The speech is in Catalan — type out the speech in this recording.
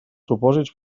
supòsits